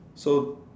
so